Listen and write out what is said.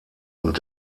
und